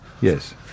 Yes